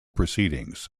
proceedings